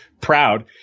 proud